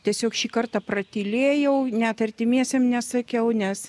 tiesiog šį kartą pratylėjau net artimiesiem nesakiau nes